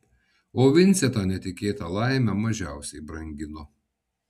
o vincė tą netikėtą laimę mažiausiai brangino